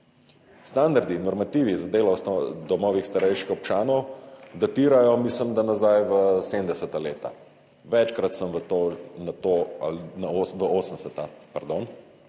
Standardi in normativi za delo v domovih starejših občanov datirajo, mislim, da nazaj v 70. leta. Večkrat sem na to,